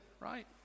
right